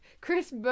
Chris